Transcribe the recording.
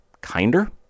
kinder